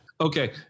Okay